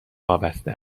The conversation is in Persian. وابسته